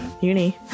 uni